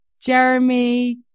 Jeremy